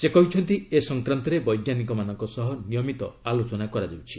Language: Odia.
ସେ କହିଛନ୍ତି ଏ ସଂକ୍ରାନ୍ତରେ ବୈଜ୍ଞାନିକମାନଙ୍କ ସହ ନିୟମିତ ଆଲୋଚନା କରାଯାଉଛି